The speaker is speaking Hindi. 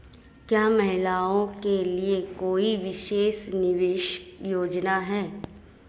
क्या महिलाओं के लिए कोई विशेष निवेश योजना है?